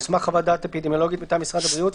על סמך חוות דעת אפידמיולוגית מטעם משרד הבריאות,